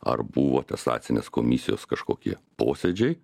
ar buvo atestacinės komisijos kažkokie posėdžiai